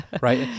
right